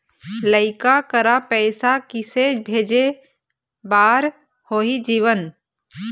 लइका करा पैसा किसे भेजे बार होही जीवन